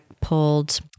pulled